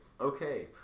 okay